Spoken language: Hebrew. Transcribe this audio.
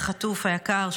החטוף היקר,